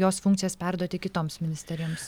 jos funkcijas perduoti kitoms ministerijoms